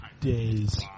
days